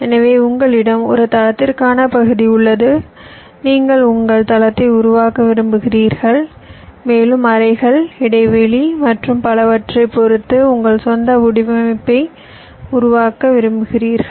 எனவே உங்களிடம் ஒரு தளத்திற்கான பகுதி உள்ளது நீங்கள் உங்கள் தளத்தை உருவாக்க விரும்புகிறீர்கள் மேலும் அறைகள் இடைவெளி மற்றும் பலவற்றைப் பொறுத்து உங்கள் சொந்த வடிவமைப்பை உருவாக்க விரும்புகிறீர்கள்